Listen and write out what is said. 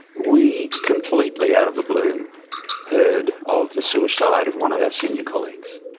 we completely out of the blue heard of the suicide of one of our senior colleagues.